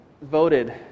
voted